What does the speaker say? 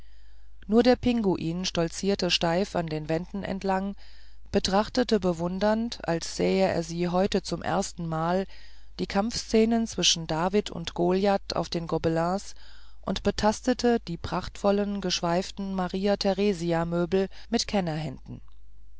nur der pinguin stolzierte steif an den wänden entlang betrachtete bewundernd als sähe er sie heute zum erstenmal die kampfszenen zwischen david und goliath auf den gobelins und betastete die prachtvollen geschweiften maria theresia möbel mit